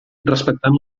respectant